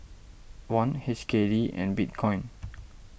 Won H K D and Bitcoin